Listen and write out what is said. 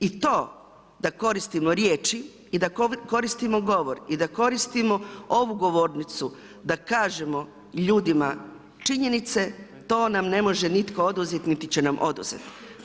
I to da koristimo riječi i da koristimo govor i da koristimo ovu govornicu da kažemo ljudima činjenice to nam ne može nitko oduzeti niti će nam oduzeti.